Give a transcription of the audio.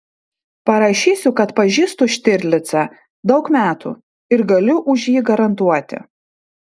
parašysiu kad pažįstu štirlicą daug metų ir galiu už jį garantuoti